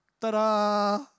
ta-da